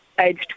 age